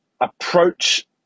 approach